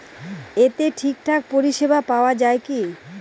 এতে ঠিকঠাক পরিষেবা পাওয়া য়ায় কি?